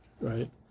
right